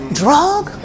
drug